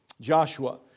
Joshua